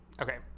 Okay